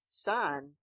son